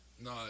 No